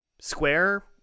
square